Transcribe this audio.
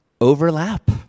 overlap